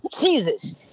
jesus